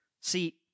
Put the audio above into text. See